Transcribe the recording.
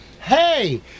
hey